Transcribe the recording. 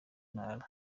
ntara